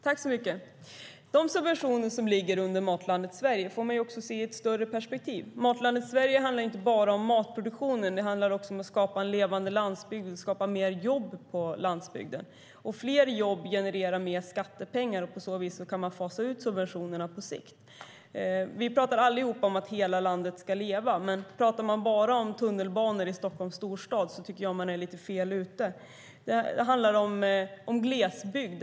Fru talman! De subventioner som ligger under Matlandet Sverige måste man se i ett bredare perspektiv. Matlandet Sverige handlar inte bara om matproduktionen, utan det handlar också om att skapa en levande landsbygd och att skapa fler jobb på landsbygden. Fler jobb genererar mer skattepengar, och på så vis kan man fasa ut subventionerna på sikt. Vi talar allihop om att hela landet ska leva, men talar man bara om tunnelbanan i Stockholm tycker jag att man är lite fel ute. Det handlar om glesbygden.